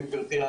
גבירתי,